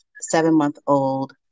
seven-month-old